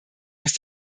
aus